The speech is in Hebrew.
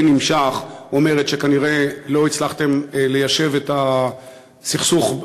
נמשך אומרת שכנראה לא הצלחתם ליישב את הסכסוך,